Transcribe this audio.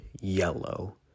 yellow